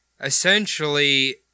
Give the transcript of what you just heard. essentially